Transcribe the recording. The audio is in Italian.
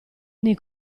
nei